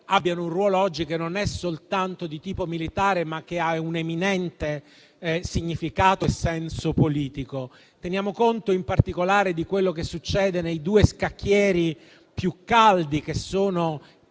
della NATO) oggi non sia soltanto di tipo militare, ma abbia un eminente significato e senso politico. Teniamo conto in particolare di quello che succede nei due scacchieri più caldi, che sono